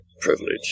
privilege